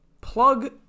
plug